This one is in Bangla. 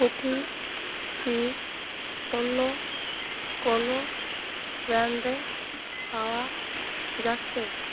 কুকি কি অন্য কোনো ব্র্যান্ডে পাওয়া যাচ্ছে